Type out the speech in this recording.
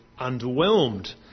underwhelmed